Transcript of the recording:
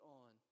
on